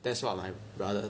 that's what my brother